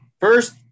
first